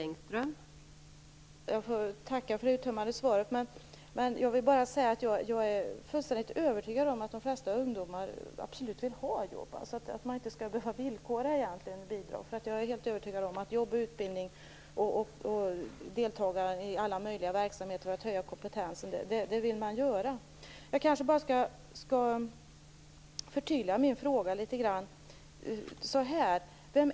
Fru talman! Jag får tacka för det uttömmande svaret. Men jag är fullständigt övertygad om att de flesta ungdomar absolut vill ha jobb. Man skall egentligen inte behöva villkora bidrag. Jag är helt övertygad om att de vill ha jobb, utbildning, komptenshöjning och att de vill delta i alla möjliga verksamheter. Jag skall förtydliga min fråga litet grand.